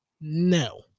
No